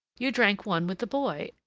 you drank one with the boy,